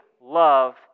love